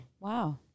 Wow